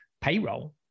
payroll